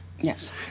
yes